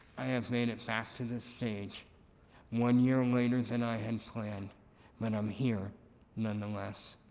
i have made it back to this stage one year later than i had planned but i'm here nonetheless.